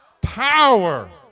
Power